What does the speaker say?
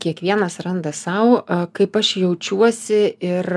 kiekvienas randa sau kaip aš jaučiuosi ir